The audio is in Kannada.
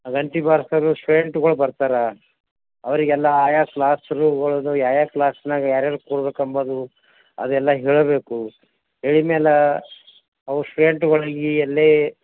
ಗಂಟೆ ಬಾರಿಸ್ದಾಗ ಸ್ಟೂಡೆಂಟ್ಗಳು ಬರ್ತಾರೆ ಅವರಿಗೆಲ್ಲ ಆಯಾ ಕ್ಲಾಸ್ ರೂಮ್ಗಳದು ಯಾವ ಯಾವ ಕ್ಲಾಸ್ನಾಗೆ ಯಾರು ಯಾರು ಕೂರ್ಬೇಕು ಎಂಬುದು ಅದೆಲ್ಲ ಹೇಳಬೇಕು ಹೇಳಿದ ಮೇಲ ಅವ್ರು ಸ್ಟೂಡೆಂಟ್ಗಳಿಗೆ ಎಲ್ಲೇ